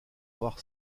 avoir